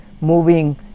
moving